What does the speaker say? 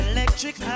Electric